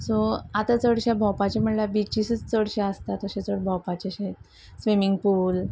so आतां चडशे भोंवपाचें म्हणल्यार बिचीसूच चडशे आसता तशें चड भोंवपाचे स्विमींग पूल